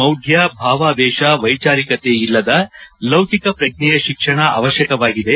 ಮೌಡ್ಕ ಭಾವಾವೇಶ ವೈಚಾರಿಕತೆ ಇಲ್ಲದ ಲೌಕಿಕ ಪ್ರಜ್ಞೆಯ ಶಿಕ್ಷಣ ಅವಶ್ಯಕವಾಗಿದೆ